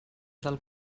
del